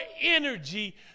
energy